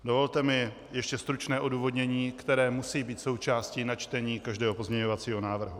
Dovolte mi ještě stručné odůvodnění, které musí být součástí načtení každého pozměňovacího návrhu.